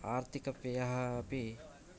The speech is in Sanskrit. आर्थिकव्ययः अपि